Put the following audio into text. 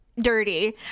dirty